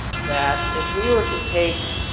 that if we were to take